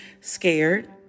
Scared